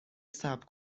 صبر